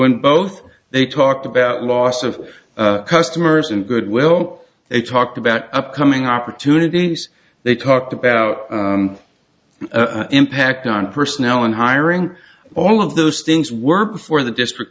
in both they talked about loss of customers and goodwill they talked about upcoming opportunities they talked about impact on personnel and hiring all of those things were before the district